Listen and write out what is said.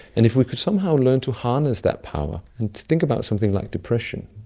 and if we could somehow learn to harness that power, and think about something like depression,